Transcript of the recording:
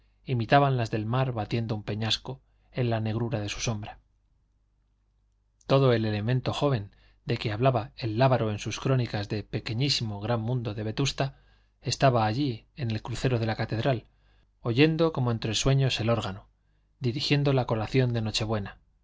imitaban las del mar batiendo un peñasco en la negrura de su sombra todo el elemento joven de que hablaba el lábaro en sus crónicas del pequeñísimo gran mundo de vetusta estaba allí en el crucero de la catedral oyendo como entre sueños el órgano dirigiendo la colación de noche-buena